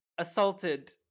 Assaulted